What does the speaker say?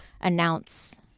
announce